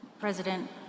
President